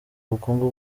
ubukungu